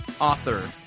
author